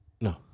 No